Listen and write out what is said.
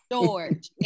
George